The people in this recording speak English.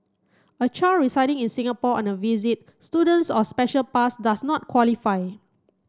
a child residing in Singapore on a visit student's or special pass does not qualify